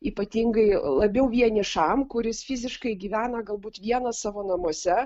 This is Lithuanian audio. ypatingai labiau vienišam kuris fiziškai gyvena galbūt vienas savo namuose